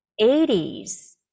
80s